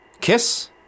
kiss